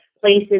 places